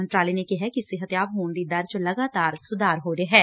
ਮੰਤਰਾਲੇ ਨੇ ਕਿਹਾ ਕਿ ਸਿਹਤਯਾਬ ਹੋਣ ਦੀ ਦਰ ਚ ਲਗਾਤਾਰ ਸੁਧਾਰ ਹੋ ਰਿਹੈ